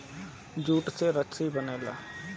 jute से रसरी बनेला